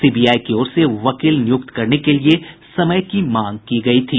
CBI की ओर से वकील नियुक्त करने के लिये समय की मांग की गयी थी